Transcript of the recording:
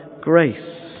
grace